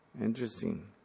Interesting